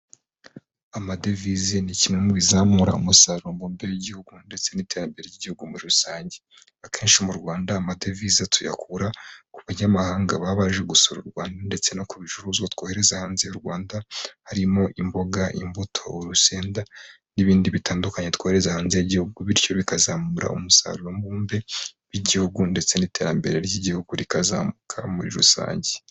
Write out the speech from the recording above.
Amadevize ni kimwe mu bizamura umusaruro mbumbe w'igihugu, ndetse n'iterambere ry'igihugu muri rusange. Akenshi mu Rwanda, amadevize tuyakura ku banyamahanga baba baje gusura u Rwanda ndetse no ku bicuruzwa twohereza hanze y'u Rwanda, harimo imboga, imbuto, urusenda n'ibindi bitandukanye twohereza hanze y'igihugu. Bityo bikazamura umusaruro mbumbe w'igihugu, ndetse n'iterambere ry'igihugu rikazamuka muri rusange.